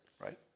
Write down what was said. right